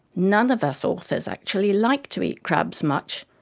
none of us authors actually like to eat crabs much,